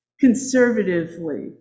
Conservatively